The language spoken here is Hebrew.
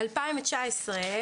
ב-2019,